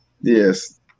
yes